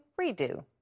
redo